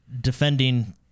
defending